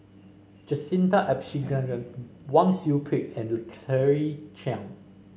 Jacintha Abisheganaden Wang Sui Pick and Claire Chiang